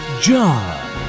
John